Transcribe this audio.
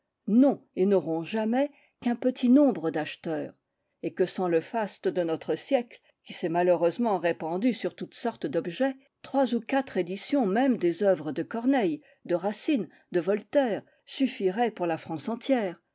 n'ont et n'auront jamais qu'un petit nombre d'acheteurs et que sans le faste de notre siècle qui s'est malheureusement répandu sur toute sorte d'objets trois ou quatre éditions même des œuvres de corneille de racine de voltaire suffiraient pour la france entière